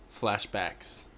flashbacks